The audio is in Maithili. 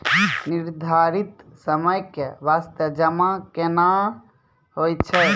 निर्धारित समय के बास्ते जमा केना होय छै?